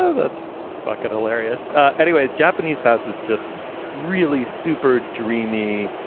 so that's fucking hilarious anyway, japanese house is just really super dreamy.